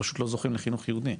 פשוט לא זוכים לחינוך יהודי,